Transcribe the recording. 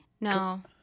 No